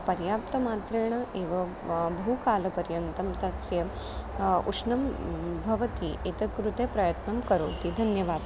पर्याप्तमात्रेण एव बहुकालपर्यन्तं तस्य उष्णं भवति एतत् कृते प्रयत्नं करोति धन्यवादः